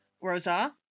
Rosa